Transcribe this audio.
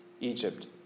Egypt